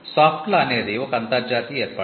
soft law అనేది ఒక అంతర్జాతీయ ఏర్పాటు